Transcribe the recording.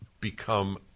become